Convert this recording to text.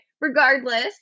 regardless